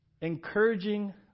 Encouraging